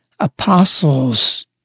apostles